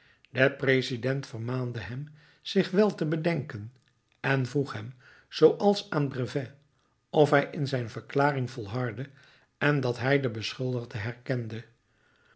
de president vermaande hem zich wel te bedenken en vroeg hem zooals aan brevet of hij in zijn verklaring volhardde dat hij den beschuldigde herkende